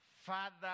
Father